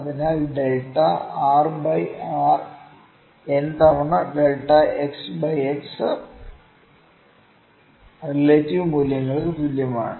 അതിനാൽ delta r by r n തവണ delta x by x relative മൂല്യങ്ങൾക്ക് തുല്യമാണ്